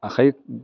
आखाइ